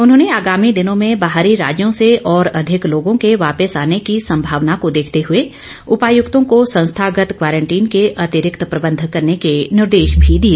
उन्होंने आगामी दिनों में बाहरी राज्यों से और अधिक लोगों के वापिस आने की संभावनाँ को देखते हुए उपायुक्तों को संस्थागत क्वारंटीन के अतिरिक्त प्रबंध करने के निर्देश भी दिए